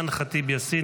אימאן ח'טיב יאסין,